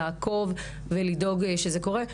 לעקוב ולדאוג שזה קורה.